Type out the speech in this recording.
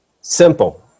Simple